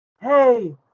hey